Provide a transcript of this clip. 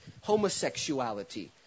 homosexuality